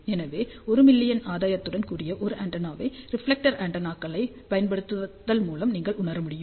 எனவே 1 மில்லியன் ஆதாயத்துடன் கூடிய ஒரு ஆண்டெனாவை ரிஃப்லெக்டர் ஆண்டெனாக்களைப் பயன்படுத்துதல் மூலம் நீங்கள் உணர முடியும்